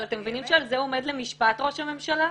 אבל אתם מבינים שעל זה עומד למשפט ראש הממשלה?